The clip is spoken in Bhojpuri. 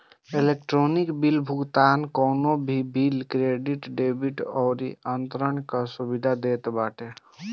इलेक्ट्रोनिक बिल भुगतान कवनो भी बिल, क्रेडिट, डेबिट अउरी अंतरण कअ सुविधा देत बाटे